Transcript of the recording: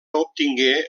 obtingué